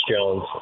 Jones